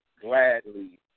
gladly